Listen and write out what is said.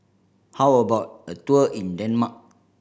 how about a tour in Denmark